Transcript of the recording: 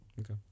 Okay